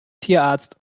tierarzt